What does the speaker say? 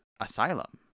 asylum